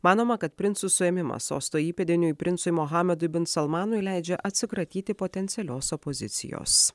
manoma kad princų suėmimas sosto įpėdiniui princui muhamedui binsulmanui leidžia atsikratyti potencialios opozicijos